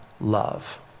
love